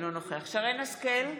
אינו נוכח שרן מרים השכל,